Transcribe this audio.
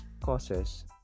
causes